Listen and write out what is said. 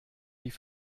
die